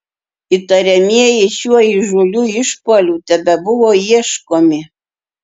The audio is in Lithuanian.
įtariamieji šiuo įžūliu išpuoliu tebebuvo ieškomi